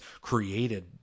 created